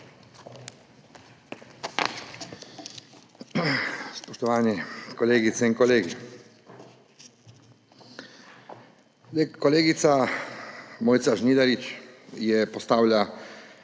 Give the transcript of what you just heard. Spoštovani kolegice in kolegi! Kolegica Mojca Žnidarič je postavila